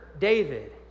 David